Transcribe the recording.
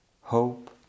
hope